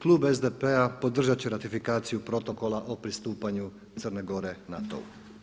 Klub SDP-a podržat će ratifikaciju protokola o pristupanju Crne Gore NATO-u.